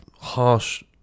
harsh